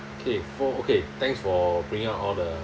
okay for okay thanks for bringing up all the